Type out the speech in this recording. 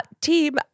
Team